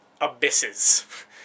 abysses